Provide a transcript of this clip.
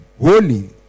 holy